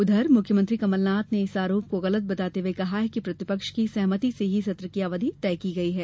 उधर मुख्यमंत्री कमलनाथ ने इस आरोप को गलत बताते हुए कहा कि प्रतिपक्ष की सहमति से ही सत्र की अवधि तय की गयी है